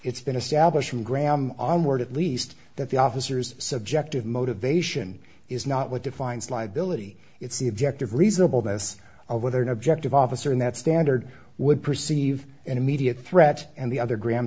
and graham onward at least that the officers subjective motivation is not what defines liability it's the objective reasonable this over there an objective officer in that standard would perceive an immediate threat and the other gra